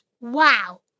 Wow